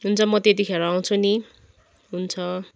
हुन्छ म त्यतिखेर आउँछु नि हुन्छ